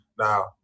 now